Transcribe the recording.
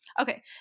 Okay